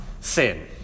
sin